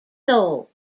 soul